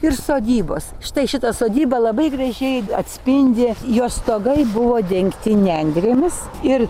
ir sodybos štai šitą sodybą labai gražiai atspindi jos stogai buvo dengti nendrėmis ir